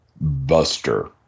buster